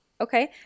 Okay